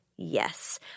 Yes